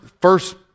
first